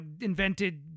invented